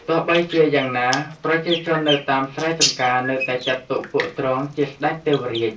ទោះបីជាយ៉ាងណា ប្រជាជននៅតាមស្រែចម្ការនៅតែចាត់ទុកពួកទ្រង់ជាស្តេចទេវរាជ។